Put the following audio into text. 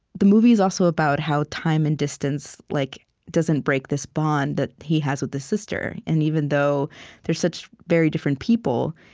the movie is also about how time and distance like doesn't break this bond that he has with his sister. and even though they're such very different people,